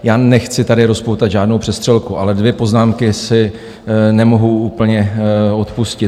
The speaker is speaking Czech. Já nechci tady rozpoutat žádnou přestřelku, ale dvě poznámky si nemohu úplně odpustit.